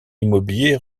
immobilier